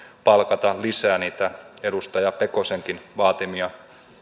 palkata lisää niitä edustaja pekosenkin vaatimia